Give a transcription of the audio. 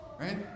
right